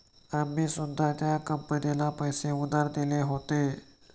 आम्ही सुद्धा त्या कंपनीला पैसे उधार दिले होते